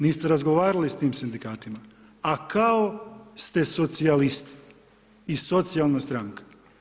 Niste razgovarali sa tim sindikatima, a kao ste socijalisti i socijalna stranka.